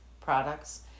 products